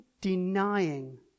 denying